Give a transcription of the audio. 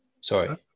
Sorry